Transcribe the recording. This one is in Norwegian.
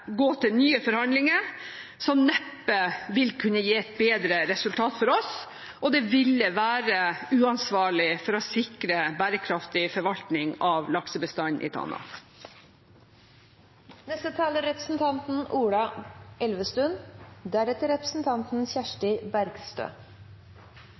gå til nye forhandlinger, som neppe vil kunne gi et bedre resultat for oss, og det ville være uansvarlig for å sikre bærekraftig forvaltning av laksebestanden i Tana. Det er grunnlag for å si at det er